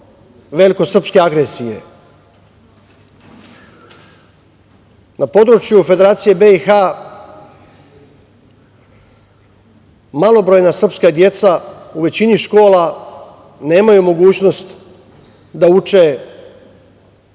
velikosrpske agresije. Na području Federacije BiH malobrojna srpska deca u većini škola nemaju mogućnost da uče